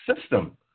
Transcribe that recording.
system